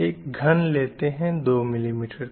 एक घन लेते हैं 2mm का